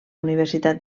universitat